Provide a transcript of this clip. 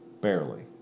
Barely